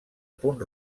punt